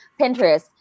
Pinterest